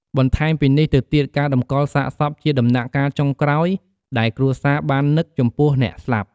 បន្ថែមពីនេះទៅទៀតការតម្កលសាកសពជាដំណាក់កាលចុងក្រោយដែលគ្រួសារបាននឹកចំពោះអ្នកស្លាប់។